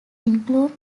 include